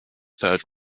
third